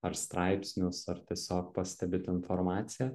ar straipsnius ar tiesiog pastebit informaciją